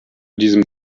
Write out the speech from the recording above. diesem